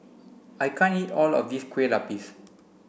I can't eat all of this Kueh Lapis